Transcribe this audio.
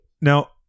Now